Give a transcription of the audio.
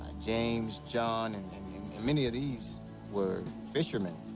james, john and. and many of these were fishermen.